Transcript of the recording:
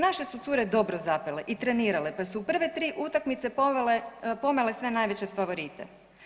Naše su cure dobro zapele i trenirale pa su prve tri utakmice pomele sve najveće favorite.